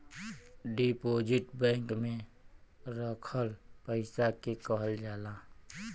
deposit bank में रखल पइसा के कहल जाला